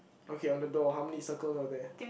okay on the door how many circles are there